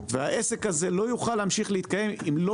והעסק הזה לא יוכל להמשיך להתקיים אם לא